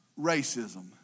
racism